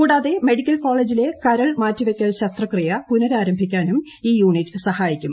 കൂടാതെ മെഡിക്കൽ കോളേജിലെ കരൾമാറ്റിവയ്ക്കൽ ശസ്ത്രക്രിയ പുനരാരംഭിക്കാനും ഈ യൂണിറ്റ് സഹായിക്കും